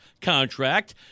contract